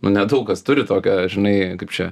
nu nedaug kas turi tokią žinai kaip čia